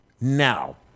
now